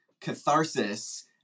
catharsis